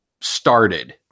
started